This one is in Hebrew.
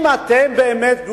אם אתם באמת,